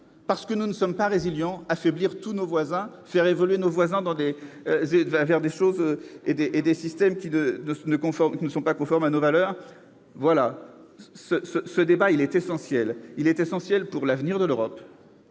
parce que nous ne sommes pas résilients, affaiblir tous nos voisins, les faire évoluer vers des systèmes qui ne sont pas conformes à nos valeurs ? Ce débat est essentiel. Il est essentiel pour l'avenir de l'Europe.